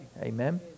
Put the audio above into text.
Amen